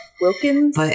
Wilkins